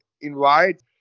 invite